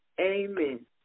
Amen